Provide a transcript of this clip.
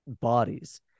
bodies